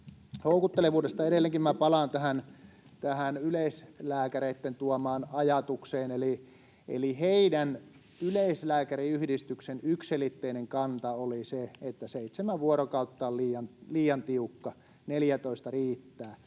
houkuttelevuudesta: Edelleenkin minä palaan tähän yleislääkäreitten tuomaan ajatukseen, eli heidän yleislääkäriyhdistyksensä yksiselitteinen kanta oli se, että seitsemän vuorokautta on liian tiukka, 14 riittää.